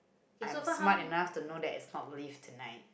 I'm smart enough to know that it's not live tonight